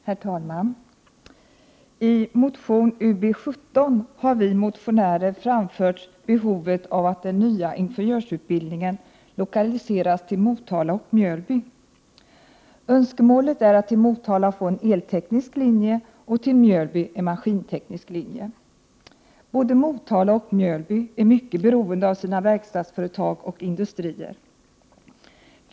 Prot. 1988/89:120 Herr talman! I motion Ubl7 har vi motionärer framfört behovet av att den — 24 maj 1989 att till Motala få en elteknisk linje och till Mjölby en maskinteknisk linje. räekrliska vr Både Motala och Mjölby är mycket beroende av sina verkstadsföretag och förtekniska yrken m.m. industrier.